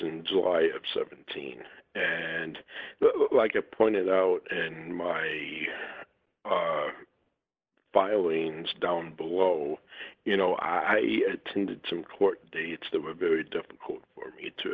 in july of seventeen and like it pointed out and my the filings down below you know i attended some court dates that were very difficult for me to